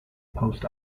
post